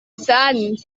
saddened